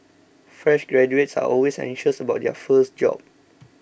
fresh graduates are always anxious about their first job